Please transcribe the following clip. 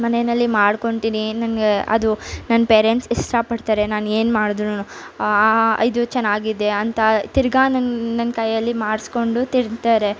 ಮನೆಯಲ್ಲಿ ಮಾಡ್ಕೊಳ್ತೀನಿ ನನಗೆ ಅದು ನನ್ನ ಪೆರೆಂಟ್ಸ್ ಇಷ್ಟ ಪಡ್ತಾರೆ ನಾನು ಏನು ಮಾಡಿದ್ರೂನು ಇದು ಚೆನ್ನಾಗಿದೆ ಅಂತ ತಿರ್ಗಾ ನನ್ನ ನನ್ನ ಕೈಯ್ಯಲ್ಲಿ ಮಾಡಿಸ್ಕೊಂಡು ತಿಂತಾರೆ